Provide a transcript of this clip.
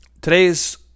today's